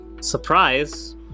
surprise